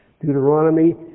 Deuteronomy